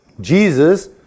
Jesus